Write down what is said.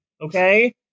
okay